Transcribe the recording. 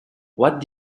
what